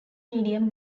medium